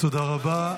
תודה רבה.